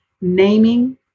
naming